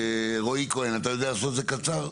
רועי כהן, אתה יודע לעשות את זה קצר?